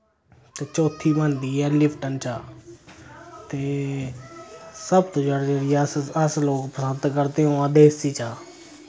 ते चौथी बनदी ऐ लिफ्टन चाह् ते सब तों ज्यादा जेह्ड़ी ऐ अस अस लोक पसंद ह्करदे उ'आं देसी चाह्